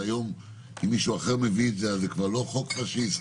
אז היום אם מישהו אחר מביא את זה אז זה כבר לא חוק פשיסטי,